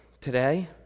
today